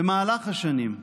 במהלך השנים,